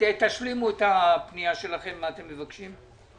תשלימו את הפנייה שלכם מה אתם מבקשים.